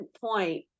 point